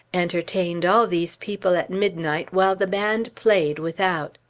entertained all these people at midnight while the band played without.